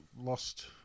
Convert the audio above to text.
lost